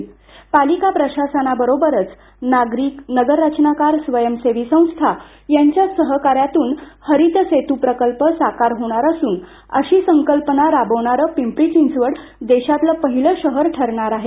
महापालिका प्रशासनाबरोबरच नागरिक नगररचनाकार स्वयंसेवी संस्था यांच्या सहकार्यातुन हरित सेतू प्रकल्प साकार होणार असून अशी संकल्पना राबविणारे पिंपरी चिंचवड देशातील पहिले शहर ठरणार आहे